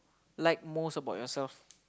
like most about yourself